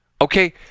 Okay